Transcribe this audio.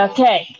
Okay